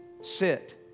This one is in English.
sit